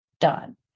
done